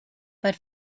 but